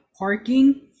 parking